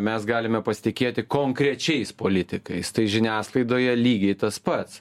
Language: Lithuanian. mes galime pasitikėti konkrečiais politikais tai žiniasklaidoje lygiai tas pats